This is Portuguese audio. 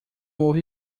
houve